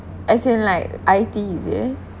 as in like I_T is it